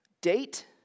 date